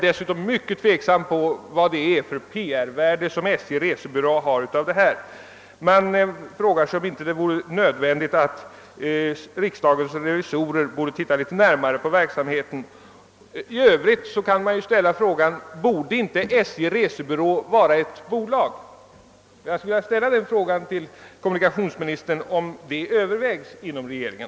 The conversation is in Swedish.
Dessutom är jag tveksam beträffande det PR värde som SJ:s resebyråer kan ha av detta. Man frågar sig om inte riksdagens revisorer borde granska denna verksamhet. I övrigt kan man ifrågasätta, om inte SJ:s resebyrå borde vara ett eget bolag. Jag skulle vilja fråga kommunikationsministern, om detta övervägs inom regeringen.